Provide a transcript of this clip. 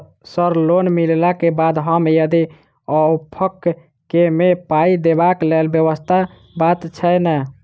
Sir loan मिलला केँ बाद हम यदि ऑफक केँ मे पाई देबाक लैल व्यवस्था बात छैय नै?